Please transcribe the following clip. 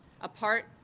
apart